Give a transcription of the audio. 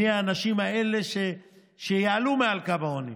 מי האנשים האלה שיעלו מעל קו העוני.